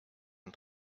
and